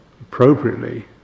appropriately